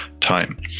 time